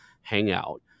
hangout